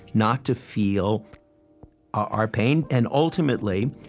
not to feel our pain. and ultimately,